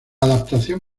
adaptación